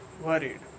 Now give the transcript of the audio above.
worried